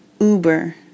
Uber